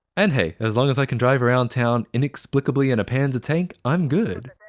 and hey, as long as i can drive around town inexplicably in a panzer tank, i'm good!